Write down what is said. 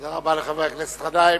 תודה רבה לחבר הכנסת גנאים.